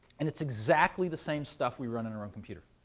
and it's exactly the same stuff we run in our own computer.